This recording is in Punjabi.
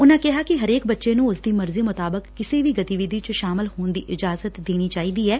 ਉਨਾਂ ਕਿਹਾ ਕਿ ਹਰੇਕ ਬੱਚੇ ਨੂੰ ਉਸਦੀ ਮਰਜ਼ੀ ਮੁਤਾਬਿਕ ਕਿਸੇ ਵੀ ਗਤੀਵਿਧੀ ਚ ਸ਼ਾਮਲ ਹੋਣ ਦੀ ਇਜ਼ਾਜਤ ਂਦੇਣੀ ਚਾਹੀਦੀ ਐ